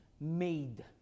made